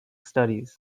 studies